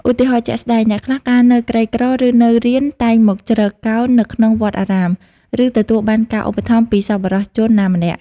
ឧទាហរណ៍ជាក់ស្ដែង អ្នកខ្លះកាលនៅក្រីក្រ ឬនៅរៀន តែងមកជ្រកកោននៅក្នុងវត្តអារាម ឬទទួលបានការឧបត្ថម្ភពីសប្បុរសជនណាម្នាក់។